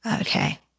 Okay